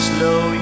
Slow